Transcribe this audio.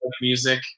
music